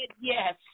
yes